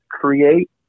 create